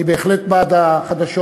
אני בהחלט בעד החדשות.